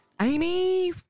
Amy